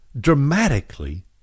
dramatically